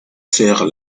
faire